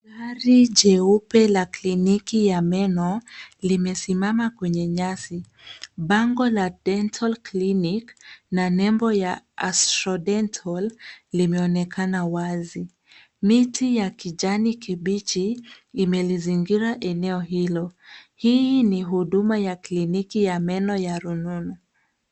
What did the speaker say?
Gari jeupe la kliniki ya meno limesimama kwenye nyasi. Bango la Dental Clinic na nebo ya Astradental, limeonekana wazi. Miti ya kijani kibichi imelizingira eneo hilo. Hii ni huduma ya kliniki ya meno ya rununu.